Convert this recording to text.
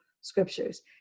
scriptures